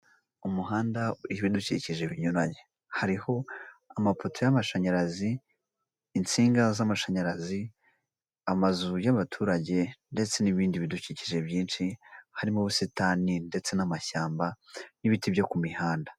Umuhanda uriho ibidukikije binyuranye, hariho amapoto y'amashanyarazi insinga z'amashanyarazi amazu y'abaturage ndetse n'ibindi bidukikije byinshi harimo ubusitani ndetse n'amashyamba n'ibiti byo ku mihanda.